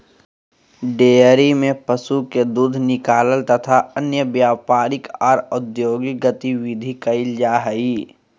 dairy में पशु के दूध निकालल तथा अन्य व्यापारिक आर औद्योगिक गतिविधि कईल जा हई